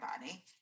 body